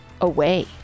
away